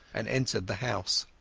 and entered the house.